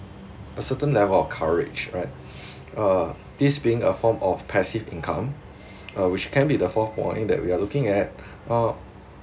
a certain level of courage right uh this being a form of passive income uh which can be the fourth point we are looking at uh